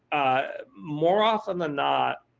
more often than not,